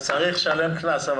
אז צריך לשלם קנס.